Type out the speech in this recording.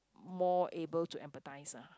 more able to emphasize ah